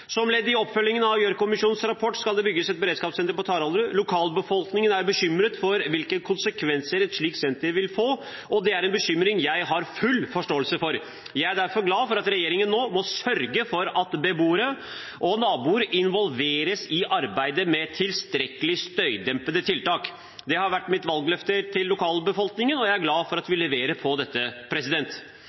Som ledd i oppfølgingen av Gjørv-kommisjonens rapport skal det bygges et beredskapssenter på Taraldrud. Lokalbefolkningen er bekymret for hvilke konsekvenser et slikt senter vil få, og det er en bekymring jeg har full forståelse for. Jeg er derfor glad for at regjeringen nå må sørge for at beboere og naboer involveres i arbeidet med tilstrekkelig støydempende tiltak. Det har vært mitt valgløfte til lokalbefolkningen, og jeg er glad for at vi leverer på